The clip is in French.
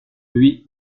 lui